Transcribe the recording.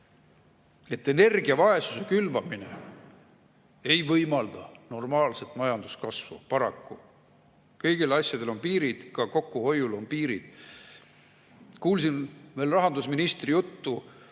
Energiavaesuse külvamine ei võimalda paraku normaalset majanduskasvu. Kõigil asjadel on piirid, ka kokkuhoiul on piirid. Kuulsin veel rahandusministri juttu,